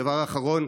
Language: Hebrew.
דבר אחרון,